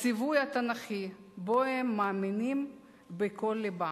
הציווי התנ"כי, שבו הם מאמינים בכל לבם.